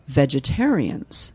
vegetarians